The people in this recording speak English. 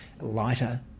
lighter